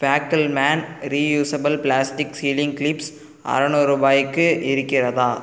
Fackelmann reusable plastic sealing clips அறநூறு ரூபாய்க்கு இருக்கிறதா